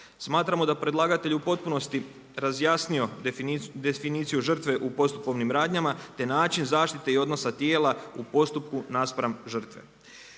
Smatramo da je predlagatelj u potpunosti razjasnio definiciju žrtve u postupovnim radnjama te način zaštite i odnosa tijela u postupku naspram žrtve.